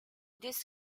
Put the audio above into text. this